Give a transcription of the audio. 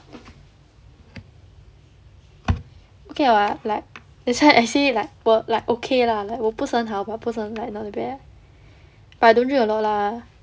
okay [what] like that's why I say like 我 like okay lah like 我不是很好 but 不是很 like the bad but I don't drink a lot lah